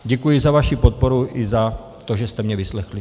Děkuji za vaši podporu i za to, že jste mě vyslechli.